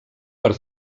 per